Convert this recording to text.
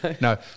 No